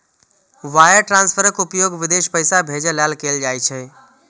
wire ट्रांसफरक उपयोग विदेश पैसा भेजै लेल कैल जाइ छै